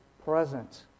Present